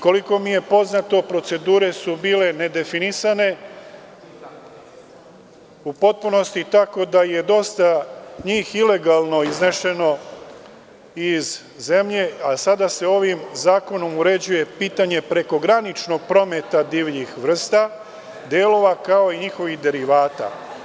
Koliko mi je poznato procedure su bile nedefinisane u potpunosti, tako da je dosta njih ilegalno iznešeno iz zemlje, a sada se ovim zakonom uređuje pitanje prekograničnog prometa divljih vrsta, delova kao i njihovih derivata.